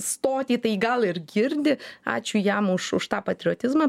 stotį tai gal ir girdi ačiū jam už už tą patriotizmą